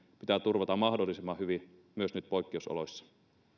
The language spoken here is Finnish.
pitää turvata mahdollisimman hyvin myös nyt poikkeusoloissa